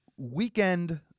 Weekend